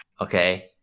Okay